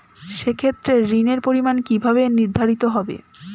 সে ক্ষেত্রে ঋণের পরিমাণ কিভাবে নির্ধারিত হবে?